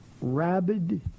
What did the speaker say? rabid